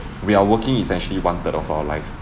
we are working essentially one-third of our life